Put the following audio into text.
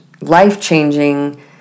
life-changing